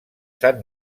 sant